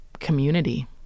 Community